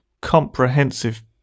comprehensive